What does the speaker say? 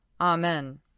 Amen